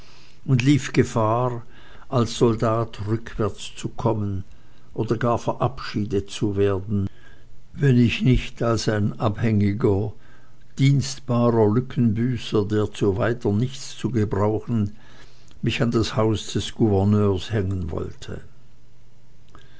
und lief gefahr als soldat rückwärts zu kommen oder gar verabschiedet zu werden wenn ich nicht als ein abhängiger dienstbarer lückenbüßer der zu weiter nichts zu brauchen mich an das haus des gouverneurs hängen wollte